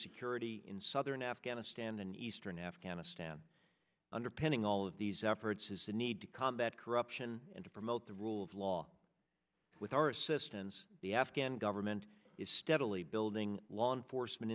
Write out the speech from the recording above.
security in southern afghanistan and eastern afghanistan underpinning all of these efforts is the need to combat corruption and to promote the rule of law with our assistance the afghan government is steadily building law enforcement